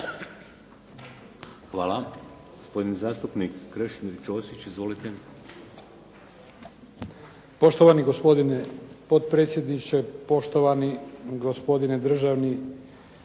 Hvala. Gospodin zastupnik Krešimir Ćosić, izvolite. **Ćosić, Krešimir (HDZ)** Poštovani gospodine potpredsjedniče, poštovani gospodine državni